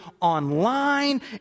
online